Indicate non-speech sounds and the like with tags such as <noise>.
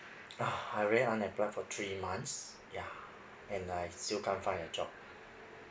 <laughs> I'm already unemployed for three months yeah and I still can't find a job